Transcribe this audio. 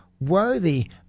worthy